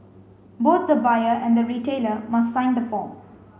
both the buyer and the retailer must sign the form